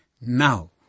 Now